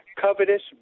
covetous